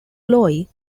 chloe